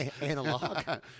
Analog